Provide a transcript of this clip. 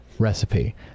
Recipe